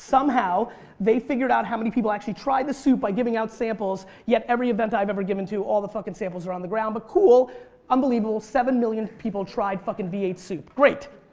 somehow they figured out how many people actually tried the soup by giving out samples yet every event i've ever given to all the fucking samples are on the ground but cool unbelievable seven million people i tried fucking v eight soup. great.